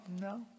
No